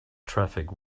traffic